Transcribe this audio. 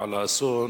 על האסון,